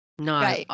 No